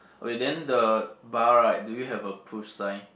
okay then the bar right do you have a push sign